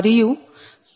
0 p